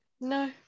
No